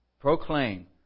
proclaim